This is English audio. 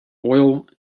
oil